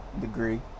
degree